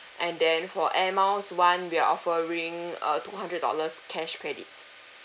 and then for air miles [one] we are offering a two hundred dollars cash credits